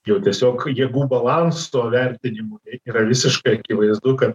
jau tiesiog jėgų balanso vertinimu yra visiškai akivaizdu kad